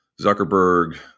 Zuckerberg